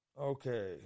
Okay